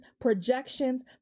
projections